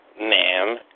ma'am